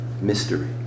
mystery